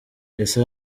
ese